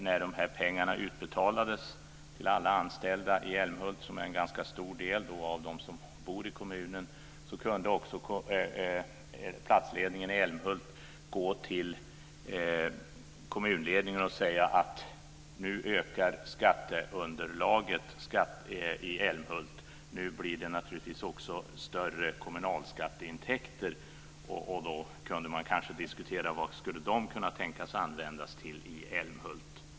När pengarna utbetalades till de anställda gick platsledningen till kommunledningen och sade att skatteunderlaget i och med detta skulle öka i Älmhult, och då skulle det bli större kommunalskatteintäkter. Vad skulle de tänkas kunna användas till i Älmhult?